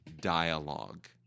dialogue